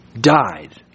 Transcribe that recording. died